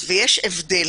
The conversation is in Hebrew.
יש הבדל